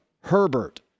Herbert